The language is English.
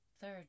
third